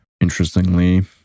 Interestingly